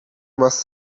must